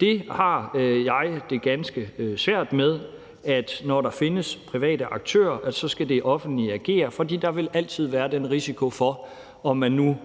Det har jeg det ganske svært med, altså at når der findes private aktører, så skal det offentlige agere. For der vil altid være den risiko for, om man nu